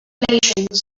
regulations